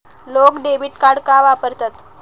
लोक debit card का वापरतात?